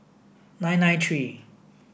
nine nine three